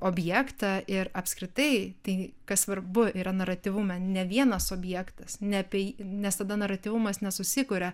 objektą ir apskritai tai kas svarbu yra naratyvume ne vienas objektas ne apie nes tada naratyvumas nesusikuria